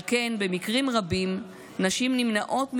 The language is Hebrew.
על כן, במקרים רבים נשים נמנעות מהתמודדות,